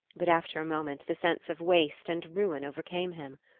but after a moment the sense of waste and ruin overcame him.